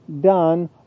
done